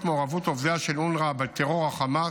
מעורבות עובדיה של אונר"א בטרור החמאס,